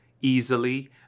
easily